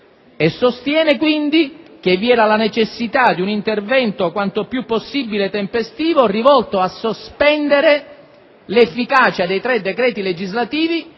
Sostiene, quindi, che vi è la necessità di un intervento quanto più possibile tempestivo rivolto a sospendere l'efficacia dei tre decreti legislativi